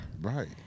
Right